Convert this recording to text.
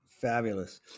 Fabulous